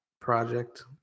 project